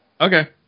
Okay